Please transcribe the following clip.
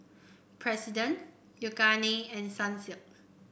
President Yoogane and Sunsilk